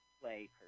play